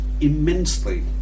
immensely